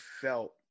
felt